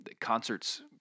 Concerts